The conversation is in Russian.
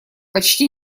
почти